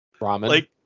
Ramen